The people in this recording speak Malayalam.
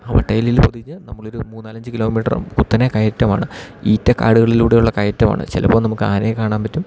വട്ട ഇലയിൽ പൊതിഞ്ഞ് നമ്മളൊരു മൂന്നാലഞ്ച് കിലോമീറ്റർ കുത്തനെ കയറ്റമാണ് ഈറ്റ കാടുകളിലൂടെ ഉള്ള കയറ്റമാണ് ചിലപ്പോൾ നമുക്ക് ആനയെ കാണാൻ പറ്റും